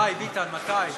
מתי, ביטן, מתי?